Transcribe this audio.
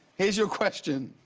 here is your question.